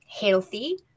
healthy